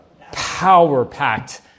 power-packed